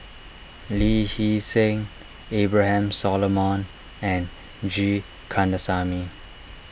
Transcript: Lee Hee Seng Abraham Solomon and G Kandasamy